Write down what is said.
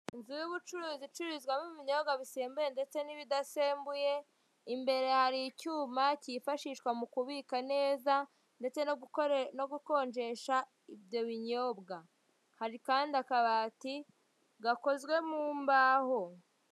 Inzu y'ubucuruzi icururizwamo ibinyobwa bisembuye ndetse n'ibidasembuye imbere hari icyuma cyifashishwa mukubika neza ndetse no gukonjesha ibyo binyobwa hari kandi akabati gakozwe mumbaho.